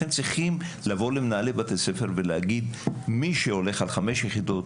אתם צריכים לבוא למנהלי בתי ספר ולהגיד שמי שיכניס חמש יחידות